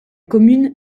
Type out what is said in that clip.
commune